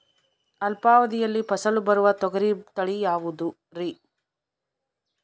ಅಲ್ಪಾವಧಿಯಲ್ಲಿ ಫಸಲು ಬರುವ ತೊಗರಿ ತಳಿ ಯಾವುದುರಿ?